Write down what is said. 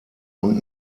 und